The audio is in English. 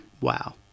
Wow